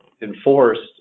enforced